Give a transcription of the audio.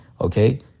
okay